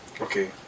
okay